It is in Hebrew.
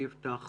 אני אפתח,